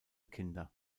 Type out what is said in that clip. kinder